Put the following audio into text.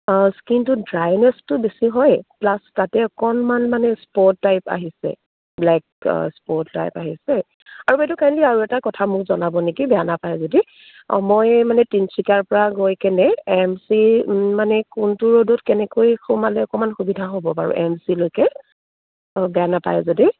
অঁ স্কিনটোত ড্ৰাইনেছটো বেছি হয় প্লাছ তাতে অকণমান মানে স্পট টাইপ আহিছে ব্লেক স্পট টাইপ আহিছে আৰু বাইদেউ কাইণ্ডলি আৰু এটা কথা মোক জনাব নেকি বেয়া নাপায় যদি মই মানে তিনিচুকীয়াৰ পৰা গৈ কেনে এ এম চি মানে কোনটো ৰ'ডত কেনেকৈ সোমালে অকণমান সুবিধা হ'ব বাৰু এ এম চিলৈকে অঁ বেয়া নাপায় যদি